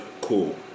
Cool